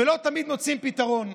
ולא תמיד מוצאים פתרון.